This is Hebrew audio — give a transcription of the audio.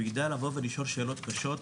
שהוא יגדל לבוא ולשאול שאלות קשות,